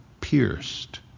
pierced